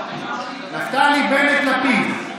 נפתלי, בנט, לפיד.